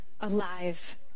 alive